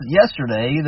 yesterday